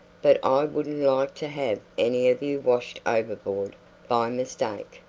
but i wouldn't like to have any of you washed overboard by mistake.